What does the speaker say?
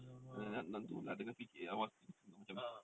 nanti nak kena fikir thinking macam mana